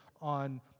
on